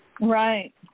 Right